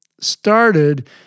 started